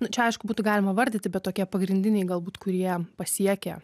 nu čia aišku būtų galima vardyti bet tokie pagrindiniai galbūt kurie pasiekė